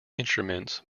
instruments